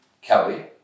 Kelly